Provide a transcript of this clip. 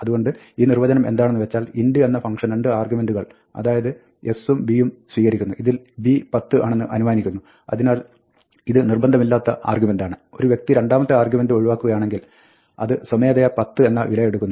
അതുകൊണ്ട് ഈ നിർവ്വചനം എന്താണെന്ന് വെച്ചാൽ int എന്ന ഫംഗ്ഷൻ രണ്ട് ആർഗ്യുമെന്റുകൾ അതായത് s ഉം b യും സ്വീകരിക്കുന്നു ഇതിൽ b 10 ആണെന്ന് അനുമാനിക്കുന്നു അതിനാൽ ഇത് നിർബന്ധമില്ലാത്ത ആർഗ്യുമെന്റാണ് ഒരു വ്യക്തി രണ്ടാമത്തെ ആർഗ്യുമെന്റ് ഒഴിവാക്കുകയാണെങ്കിൽ അത് സ്വമേധയാ 10 എന്ന വില എടുക്കുന്നു